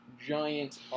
giant